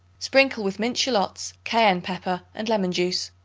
sprinkle with minced shallots, cayenne pepper and lemon-juice.